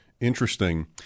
Interesting